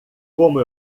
como